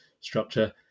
structure